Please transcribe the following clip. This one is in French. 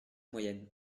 moyenne